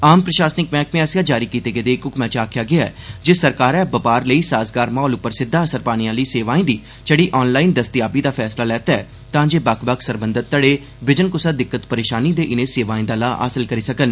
आम प्रशासनिक मैहकमे आसेआ जारी कीते गेदे इक हक्मै च आखेआ गेआ ऐ जे सरकारै बपार लेई साज़गार म्हौल उप्पर सिददा असर पाने आहली सेवाएं दी छड़ी ऑनलाईन दस्तयाबी दा फैसला लैता ऐ तांजे बक्ख बक्ख सरबंधत धड़े बिजन क्सा दिक्कत परेशानी दे इन्ने सेवाएं दा लाह् हासल करी सकन